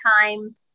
time